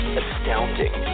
astounding